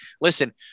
listen